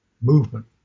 movement